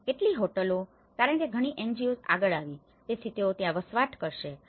અને કેટલીક હોટલો કારણ કે ઘણી NGOs આગળ આવી છે તેથી તેઓ ત્યાં વસવાટ કરશે